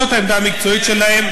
זאת העמדה המקצועית שלהם.